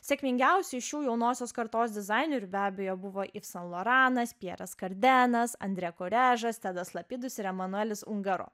sėkmingiausi iš šių jaunosios kartos dizainerių be abejo buvo iv sen loranas pjeras kardenas andre koriažas tedas lapidus ir emanuelis ungaro